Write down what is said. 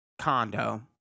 condo